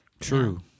True